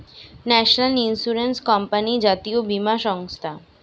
national insurance company জাতীয় বীমা সংস্থা